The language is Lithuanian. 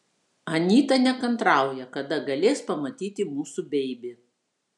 anyta nekantrauja kada galės pamatyti mūsų beibį